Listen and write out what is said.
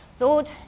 Lord